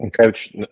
coach